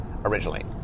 originally